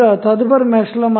తదుపరి మెష్ లో మనకు